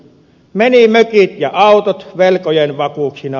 menivät mökit ja autot velkojen vakuuksina